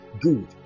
Good